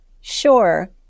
sure